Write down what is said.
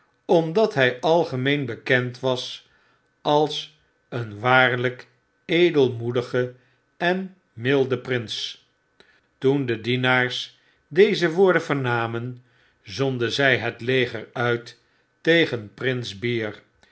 omdat hy algemeen bekend was als een waarlyk edelmoedige en milde prins toen de dienaars deze woorden vernamen zonden zij het leger uit tegen prins bear